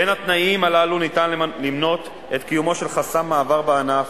בין התנאים הללו ניתן למנות את קיומו של חסם מעבר בענף,